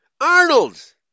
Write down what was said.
Arnold